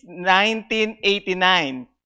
1989